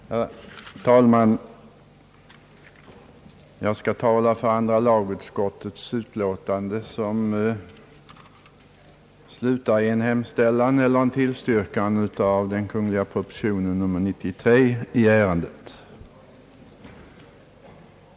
Herr talman! Jag skall tala för andra lagutskottets utlåtande, som utmynnar i en tillstyrkan av Kungl. Maj:ts proposition nr 93.